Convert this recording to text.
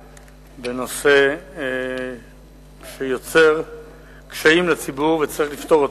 בנושא שיוצר קשיים לציבור וצריך לפתור אותו.